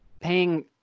paying